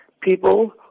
People